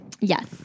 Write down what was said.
Yes